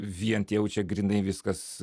vien tai jau čia grynai viskas